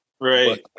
Right